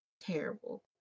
Terrible